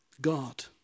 God